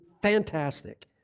Fantastic